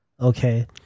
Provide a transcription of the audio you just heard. okay